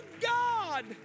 God